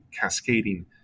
cascading